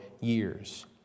years